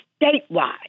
statewide